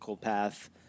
path